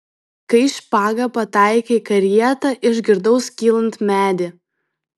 kai špaga pataikė į karietą išgirdau skylant medį